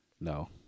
No